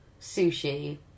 sushi